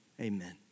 amen